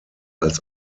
als